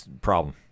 problem